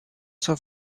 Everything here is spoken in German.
zur